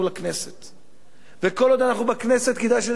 וכל עוד אנחנו בכנסת כדאי שנשרת את הציבור מתוך הכנסת.